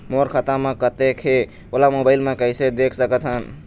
मोर खाता म कतेक हे ओला मोबाइल म कइसे देख सकत हन?